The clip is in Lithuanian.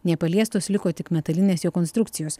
nepaliestos liko tik metalinės jo konstrukcijos